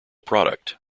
product